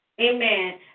Amen